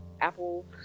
Apple